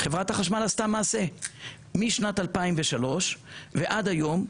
חברת החשמל עשתה מעשה משנת 2003 ועד היום,